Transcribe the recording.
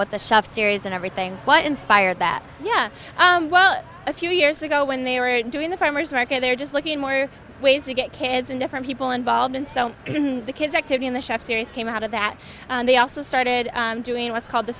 with the chef series and everything what inspired that yeah well a few years ago when they were doing the farmer's market they're just looking in more ways to get kids and different people involved and so the kids active in the chef series came out of that they also started doing what's called the